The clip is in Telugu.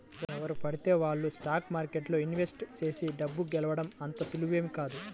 ఎవరు పడితే వాళ్ళు స్టాక్ మార్కెట్లో ఇన్వెస్ట్ చేసి డబ్బు గెలవడం అంత సులువేమీ కాదు